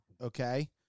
Okay